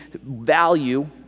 value